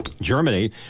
Germany